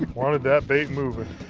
wanted that bait moving,